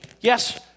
yes